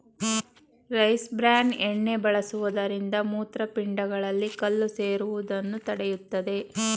rice bran ಎಣ್ಣೆ ಬಳಸುವುದರಿಂದ ಮೂತ್ರಪಿಂಡಗಳಲ್ಲಿ ಕಲ್ಲು ಸೇರುವುದನ್ನು ತಡೆಯುತ್ತದೆ